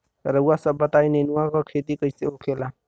रउआ सभ बताई नेनुआ क खेती कईसे होखेला?